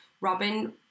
Robin